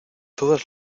todas